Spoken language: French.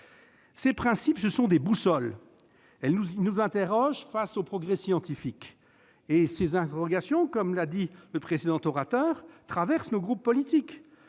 Ces principes sont des boussoles qui nous interrogent face aux progrès scientifiques. Ces interrogations, comme l'a dit le précédent orateur, transcendent nos groupes politiques.